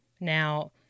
Now